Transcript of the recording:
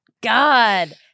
God